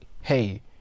hey